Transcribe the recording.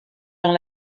dans